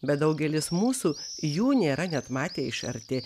bet daugelis mūsų jų nėra net matę iš arti